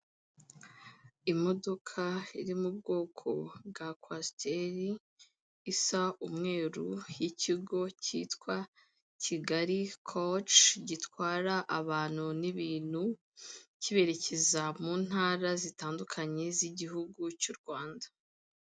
Imodoka iri mu bwoko bwa kwasiteri isa umweru, y'ikigo cyitwa Kigali koci gitwara abantu n'ibintu, kibererekeza mu ntara zitandukanye z'igihugu cy'u Rwanda.